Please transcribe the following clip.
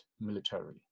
militarily